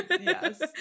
Yes